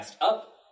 up